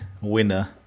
winner